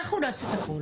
אנחנו נעשה הכול,